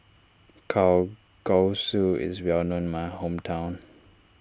Kalguksu is well known in my hometown